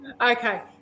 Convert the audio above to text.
Okay